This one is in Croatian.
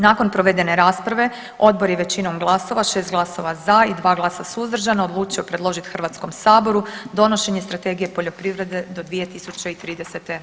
Nakon provedene rasprave odbor je većinom glasova, 6 glasova za i 2 glasa suzdržana odlučio predložiti Hrvatskom saboru donošenje Strategije poljoprivrede do 2030. godine.